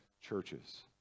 churches